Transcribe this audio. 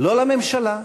לא לממשלה,